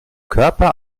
körper